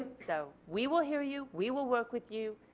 so we will hear you we will work with you,